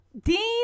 Dean